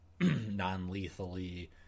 non-lethally